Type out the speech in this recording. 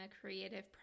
creative